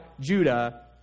judah